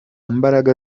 mbaraga